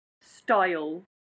style